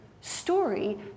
story